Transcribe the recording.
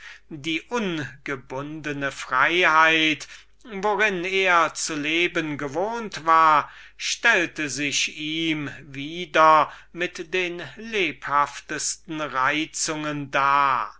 die ungebundene freiheit worin er vormals gelebt hatte stellte sich ihm wieder mit den lebhaftesten reizungen dar